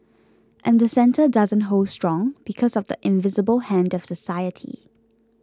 and the centre doesn't hold strong because of the invisible hand of society